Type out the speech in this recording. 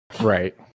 Right